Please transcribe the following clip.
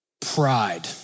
pride